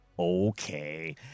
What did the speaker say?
Okay